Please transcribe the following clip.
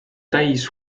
täis